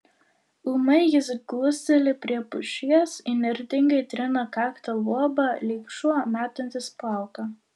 ūmai jis glusteli prie pušies įnirtingai trina kakta luobą lyg šuo metantis plauką